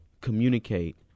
communicate